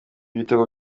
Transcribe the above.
ibitego